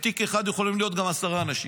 בתיק אחד יכולים להיות גם עשרה אנשים.